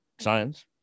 Science